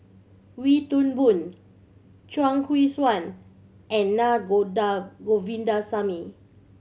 Wee Toon Boon Chuang Hui Tsuan and Naa Govindasamy